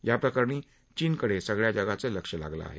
याप्रकरणी चीनकडे सगळ्या जगाचं लक्ष लागलं आहे